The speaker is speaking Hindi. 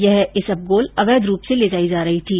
यह इसबगोल अवैध रूप से ले जाई जा रही थी